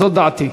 זאת דעתי.